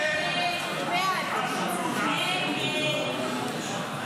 הסתייגות 86 לא נתקבלה.